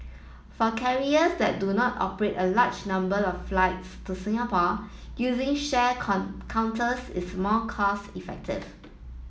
for carriers that do not operate a large number of flights to Singapore using shared counters is more cost effective